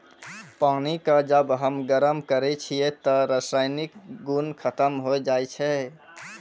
पानी क जब हम गरम करै छियै त रासायनिक गुन खत्म होय जाय छै